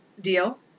deal